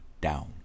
Down